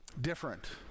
Different